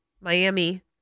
Miami